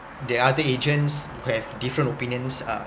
the other agents who have different opinions are